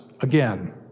again